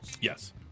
Yes